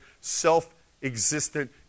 self-existent